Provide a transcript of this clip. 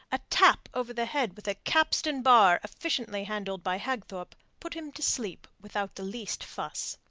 a tap over the head with a capstan bar efficiently handled by hagthorpe put him to sleep without the least fuss.